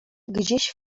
gdzieś